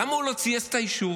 למה הוא לא צייץ את האישור?